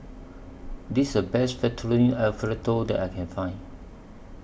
This IS The Best Fettuccine Alfredo that I Can Find